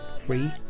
free